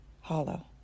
hollow